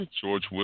George